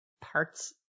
parts